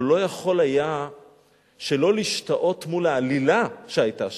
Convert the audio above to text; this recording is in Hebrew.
אבל הוא לא היה יכול שלא להשתאות מול העלילה שהיתה שם.